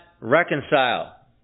reconcile